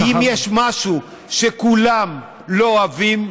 אם יש משהו שכולם לא אוהבים,